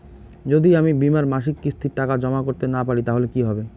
যদি আমি বীমার মাসিক কিস্তির টাকা জমা করতে না পারি তাহলে কি হবে?